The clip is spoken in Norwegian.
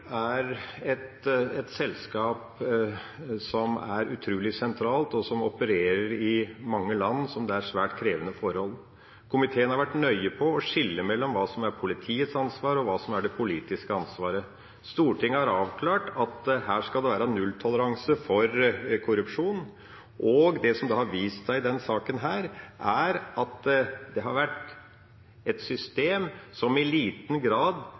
er et selskap som er utrolig sentralt, og som opererer i mange land, hvor det er svært krevende forhold. Komiteen har vært nøye på å skille mellom hva som er politiets ansvar, og hva som er det politiske ansvaret. Stortinget har avklart at her skal det være nulltoleranse for korrupsjon. Det som har vist seg i denne saken, er at det har vært et system som i liten grad